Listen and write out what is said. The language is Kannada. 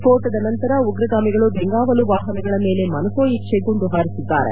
ಸ್ವೋಟದ ನಂತರ ಉಗ್ರಗಾಮಿಗಳು ಬೆಂಗಾವಲು ವಾಹನಗಳ ಮೇಲೆ ಮನಸೋಇಜ್ವೇ ಗುಂಡು ಹಾರಿಸಿದ್ದಾರೆ